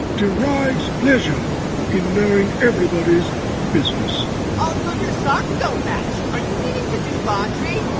derives pleasure in knowing everybody's business also, your socks don't match. are you meaning to do laundry?